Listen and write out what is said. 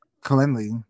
cleanly